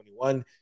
2021